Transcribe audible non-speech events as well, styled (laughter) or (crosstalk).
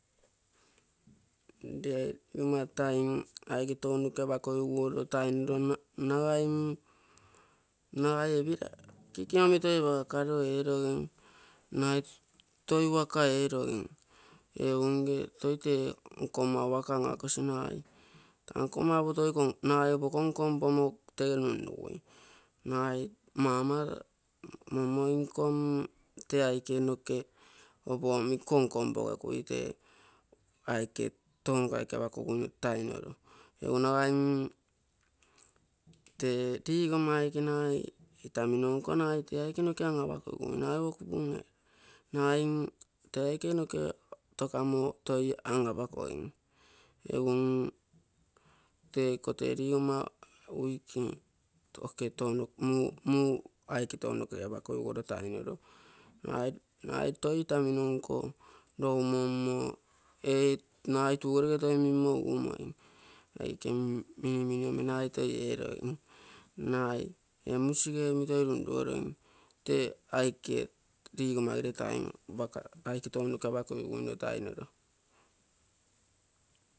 Lee ligomma taim aike tounoke apakogiguoro tainoro nagai mm ee kick omi toi apagakaro eerogim, nagai toi waka erogim. Ee unge toi tee nkomma waka ang-appakosi nagai taa nkomma opo toi konkonposi, nagai opo konkonpomo tege nunnugui; nagai mama, mommoi nko tee aike noke opo omi kon-konpogekau tee aike tounokaike apakokuino tainoro. Egu nagai mm tee logomma aike nagai itamino nko nagai tee aike noke tokamo toi angapakogim. Egu mm tee iko tee ligomma wik eke tounoke, (hesitation) muu aike tounoke, apakogiguoro taainore, nagai toi itamino nko loi-mommo ee nagai rigere toi mimmo uumoim aike mimmini omi nagai toi eerogim, rugai ee musige omi toi runrugorogim tee aike logomagere taim aike waka tounoke apa kogiguino tainore.